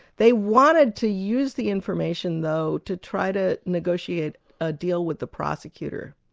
they wanted to use the information though to try to negotiate a deal with the prosecutor.